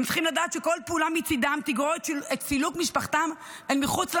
הם צריכים לדעת שכל פעולה מצידם תגרור את סילוק משפחתם אל מחוץ למדינה.